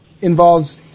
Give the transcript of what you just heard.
involves